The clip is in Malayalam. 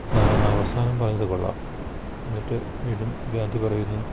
അവസാനം പറഞ്ഞത് കൊള്ളാം എന്നിട്ട് വീണ്ടും ഗാന്ധി പറയുന്നു